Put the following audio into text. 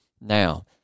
now